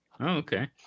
okay